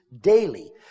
daily